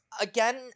Again